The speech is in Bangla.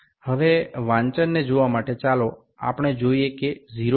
এখন পাঠগুলি দেখতে আসুন দেখি ০ টি কী